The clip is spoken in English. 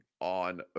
on